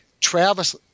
Travis